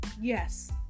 yes